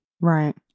Right